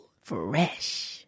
Fresh